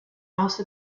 also